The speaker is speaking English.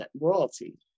Royalty